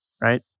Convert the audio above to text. right